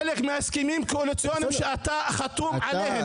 זה חלק מההסכמים הקואליציוניים שאתה חתום עליהם,